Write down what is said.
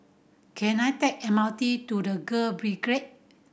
can I take M R T to The Girl Brigade